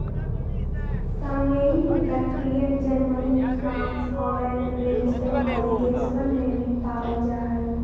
सानेंइ बकरियन, Germany, France, Holland, Belgium आदि देशवन में भी पावल जाहई